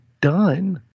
done